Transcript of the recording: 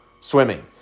swimming